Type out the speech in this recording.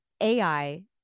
AI